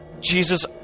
Jesus